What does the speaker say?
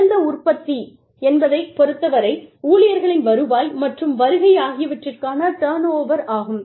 இழந்த உற்பத்தி என்பதை பொறுத்தவரை ஊழியர்களின் வருவாய் மற்றும் வருகை ஆகியவற்றிற்கான டர்ன்ஓவர் அதிகம்